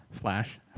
slash